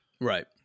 right